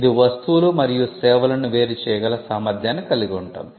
ఇది వస్తువులు మరియు సేవలను వేరు చేయగల సామర్థ్యాన్ని కలిగి ఉంటుంది